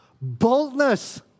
Boldness